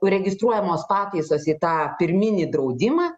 uregistruojamos pataisos į tą pirminį draudimą